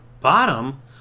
bottom